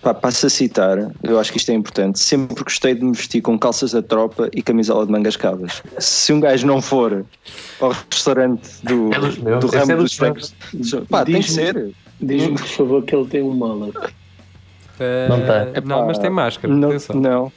Pá, passo a citar, eu acho que isto é importante, sempre gostei de me vestir com calças da tropa e camisola de mangas cavas. Se um gajo não for ao restaurante do- É dos meus, do esse ramo é dos dos frangos. meus. Pá, Diz-me- tem que ser. diz-me, por favor, que ele tem um mullet. Eh, Não tem. Epá, não, mas tem máscara, não- tem só- não.